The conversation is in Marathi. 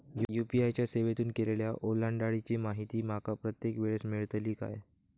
यू.पी.आय च्या सेवेतून केलेल्या ओलांडाळीची माहिती माका प्रत्येक वेळेस मेलतळी काय?